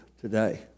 today